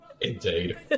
Indeed